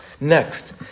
Next